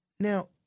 Now